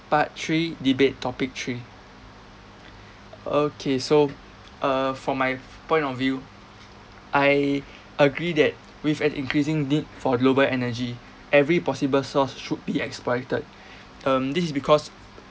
part three debate topic three okay so uh from my point of view I agree that with an increasing need for global energy every possible source should be exploited um this is because